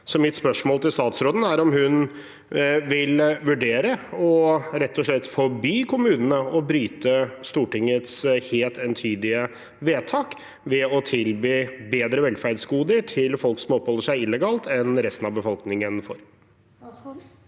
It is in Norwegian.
Mitt spørsmål til statsråden er om hun vil vurdere rett og slett å forby kommunene å bryte Stortingets helt entydige vedtak, som de gjør ved å tilby bedre velferdsgoder til folk som oppholder seg illegalt i Norge, enn resten av befolkningen.